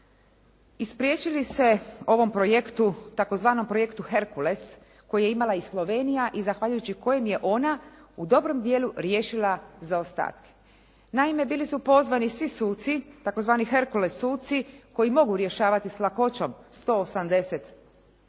ispriječili se ovom projektu, tzv. projektu "Herkules" koji je imala i Slovenija i zahvaljujući kojem je ona u dobrom dijelu riješila zaostatke. Naime, bili su pozvani svi suci, tzv. "herkules" suci koji mogu rješavati s lakoćom 150 do